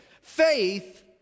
Faith